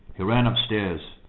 he ran upstairs.